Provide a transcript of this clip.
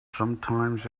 sometimes